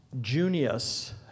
Junius